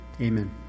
Amen